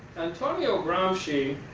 antonio gramsci,